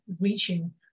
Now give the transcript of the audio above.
reaching